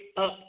up